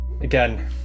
Again